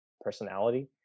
personality